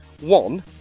One